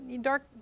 dark